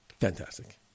Fantastic